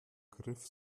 griff